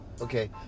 Okay